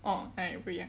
orh 哪里不一样